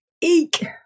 Eek